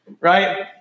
Right